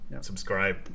Subscribe